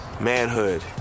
manhood